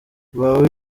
waba